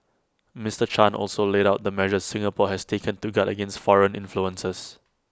Mister chan also laid out the measures Singapore has taken to guard against foreign influences